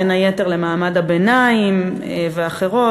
בין היתר למעמד הביניים ואחרות,